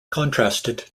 contrasted